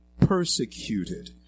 persecuted